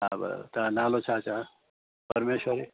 हा बराबरि तव्हांजो नालो छा चयां परमेश्वरी